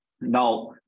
Now